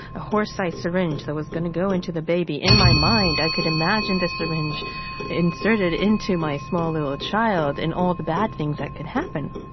a horse-sized syringe that was going to go into the baby, in my mind, i could imagine this syringe inserted into my small, little child and all the bad things that could happen.